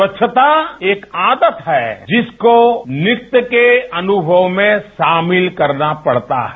स्वच्छता एक आदत है जिसको नित्य के अनुभव में शामिल करना पड़ता है